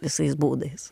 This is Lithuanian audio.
visais būdais